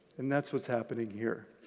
and that's what's happening here.